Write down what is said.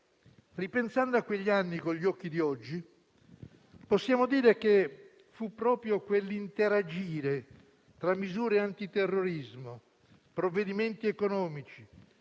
ripensando a quegli anni con gli occhi di oggi, possiamo dire che fu proprio quell'interagire tra misure antiterrorismo, provvedimenti economici,